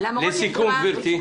לסיכום גברתי.